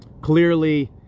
clearly